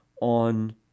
on